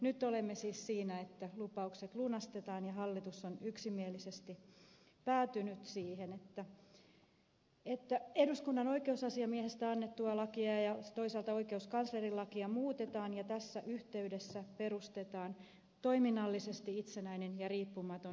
nyt olemme siis siinä että lupaukset lunastetaan ja hallitus on yksimielisesti päätynyt siihen että eduskunnan oikeusasiamiehestä annettua lakia ja toisaalta oikeuskanslerilakia muutetaan ja tässä yhteydessä perustetaan toiminnallisesti itsenäinen ja riippumaton ihmisoikeuskeskus